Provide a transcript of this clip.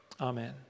Amen